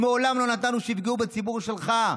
מעולם לא נתנו שיפגעו בציבור שלך,